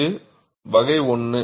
இது வகை 1